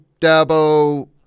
Dabo